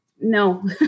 no